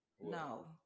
No